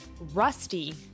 Rusty